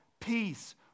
peace